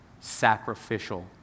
Sacrificial